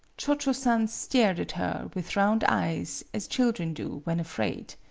cho-cho-san stared at her with round eyes as children do when afraid.